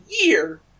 year